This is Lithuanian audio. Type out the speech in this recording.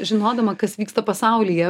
žinodama kas vyksta pasaulyje